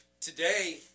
today